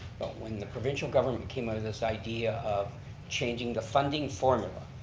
when the provincial government came up with this idea of changing the funding formula,